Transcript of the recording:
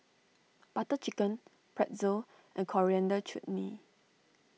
Butter Chicken Pretzel and Coriander Chutney